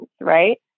Right